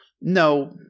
No